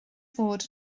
fod